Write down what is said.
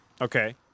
Okay